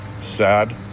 sad